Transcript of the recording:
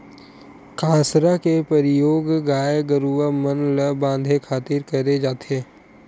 कांसरा के परियोग गाय गरूवा मन ल बांधे खातिर करे जाथे